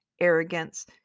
arrogance